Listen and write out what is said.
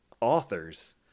authors